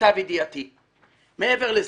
מעבר לזה,